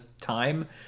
time